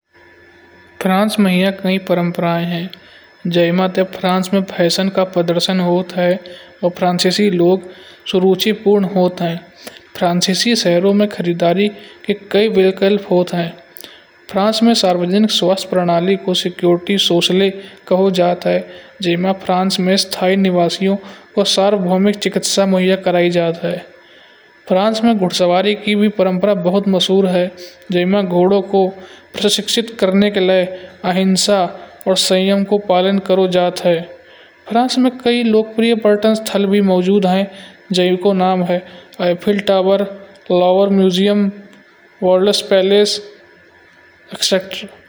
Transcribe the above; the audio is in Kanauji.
फ्रांस में ये कहीं परंपराएँ हैं। जय में ते फ्रांस में फैशन का प्रदर्शन होत है। और वह फ़्रांसिसी लोग सुरुचि पूर्ण होत हैं। फ्रांस में शहरों में खरीदारी के वाहन होत हैं। फ्रांस में सार्वजनिक स्वास्थ्य प्रणाली को सिक्योरिटी सोशल कहा जात है। जय में फ्रांस में स्थायी निवास को सार्वभौमिक चिकित्सा मोहि कराई जात है। फ्रांस में घुड़सवारी की भी परंपरिक भात मशहूर है। जय में घोड़ों को प्रशिक्षित करने के लिए, अहिंसा और संयम का पालन करो जात है। फ्रांस में कई लोकप्रिय प्रयटन भी मौजूद हैं। जय को नाम है एफिल टॉवर, लोवर म्यूजियम, ओल्डस पैलेस आदि।